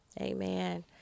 Amen